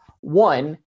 one